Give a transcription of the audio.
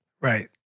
Right